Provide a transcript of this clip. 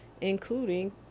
including